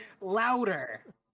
louder